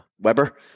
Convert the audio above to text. Weber